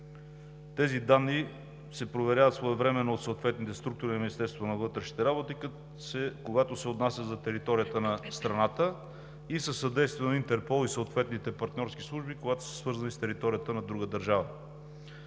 Тези данни се проверяват своевременно от съответните структури на Министерството на вътрешните работи, когато се отнася за територията на страната, и със съдействието на Интерпол и съответните партньорските служби, когато са свързани с територията на друга държава.